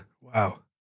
Wow